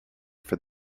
for